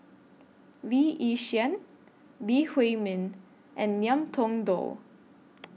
Lee Yi Shyan Lee Huei Min and Ngiam Tong Dow